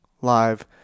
live